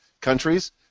countries